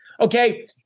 okay